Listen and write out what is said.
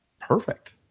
Perfect